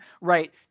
right